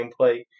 gameplay